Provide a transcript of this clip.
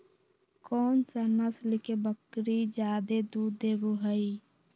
कौन सा नस्ल के बकरी जादे दूध देबो हइ?